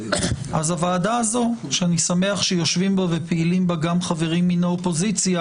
אז הוועדה הזאת אני שמח שיושבים בה ופעילים בה גם חברים מהאופוזיציה